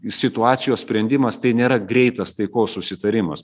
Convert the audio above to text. situacijos sprendimas tai nėra greitas taikos susitarimas